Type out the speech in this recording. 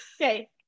Okay